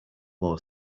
more